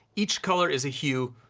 each color is a hue,